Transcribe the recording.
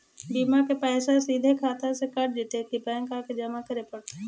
बिमा के पैसा सिधे खाता से कट जितै कि बैंक आके जमा करे पड़तै?